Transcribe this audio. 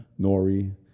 Nori